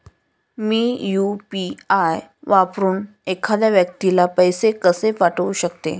मी UPI वापरून एखाद्या व्यक्तीला पैसे कसे पाठवू शकते?